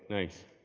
nice.